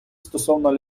стосовно